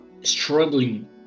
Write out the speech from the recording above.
struggling